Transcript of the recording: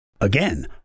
Again